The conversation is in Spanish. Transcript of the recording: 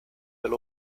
del